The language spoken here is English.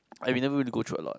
we never really go through a lot